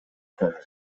treasure